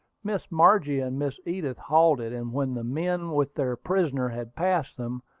miss margie and miss edith halted, and when the men with their prisoner had passed them,